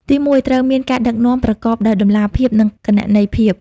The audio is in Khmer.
ទីមួយ ត្រូវមាន ការដឹកនាំប្រកបដោយតម្លាភាពនិងគណនេយ្យភាព។